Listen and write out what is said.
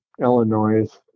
Illinois